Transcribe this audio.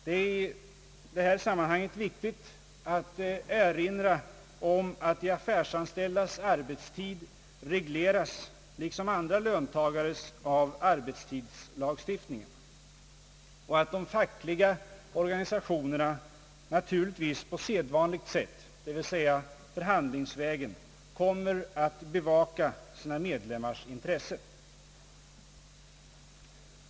Det är i detta sammanhang viktigt att erinra om att de affärsanställdas arbetstid regleras — liksom andra löntagares — av arbetstidslagstiftningen och att de fackliga organisationerna naturligtvis pa sedvanligt sätt, d.v.s. förhandlingsvägen, kommer att bevaka sina medlemmars intressen.